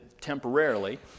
temporarily